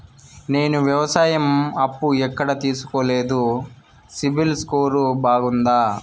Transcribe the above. నేను వ్యవసాయం అప్పు ఎక్కడ తీసుకోలేదు, సిబిల్ స్కోరు బాగుందా?